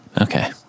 Okay